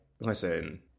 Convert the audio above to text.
listen